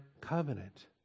covenant